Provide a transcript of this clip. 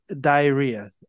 diarrhea